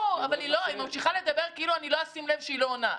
היא ממשיכה לדבר כאילו לא אשים לב שהיא לא עונה.